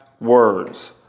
words